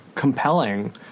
Compelling